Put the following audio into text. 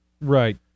Right